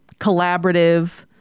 collaborative